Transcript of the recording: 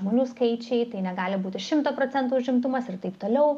žmonių skaičiai tai negali būti šimto procentų užimtumas ir taip toliau